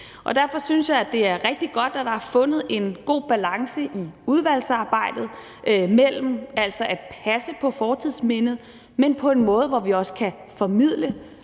Derfor synes jeg, at det er rigtig godt, at der er fundet en god balance i udvalgsarbejdet mellem at passe på fortidsmindet, men på en måde, hvor vi også kan formidle